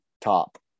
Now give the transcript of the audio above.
top